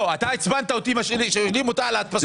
עצבנת אותי כשאלת אותה על ההדפסות.